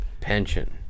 Pension